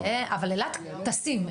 אבל אילת טסים.